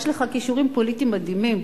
יש לך כישורים פוליטיים מדהימים,